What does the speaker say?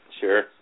Sure